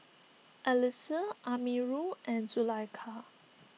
Alyssa Amirul and Zulaikha